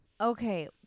okay